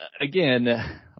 again